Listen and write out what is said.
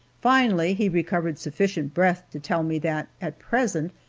finally, he recovered sufficient breath to tell me that at present,